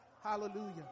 hallelujah